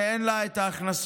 שאין לה את ההכנסות,